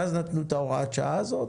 ואז נתנו את הוראת השעה הזאת.